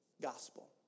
gospel